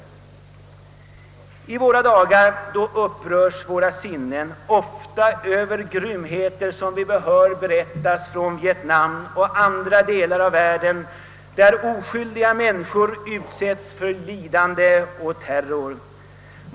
I våra dagar upprörs våra sinnen ofta över grymheter som vi hör berättas från Vietnam och andra länder där oskyldiga människor utsätts för lidande och terror.